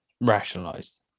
rationalized